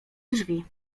drzwi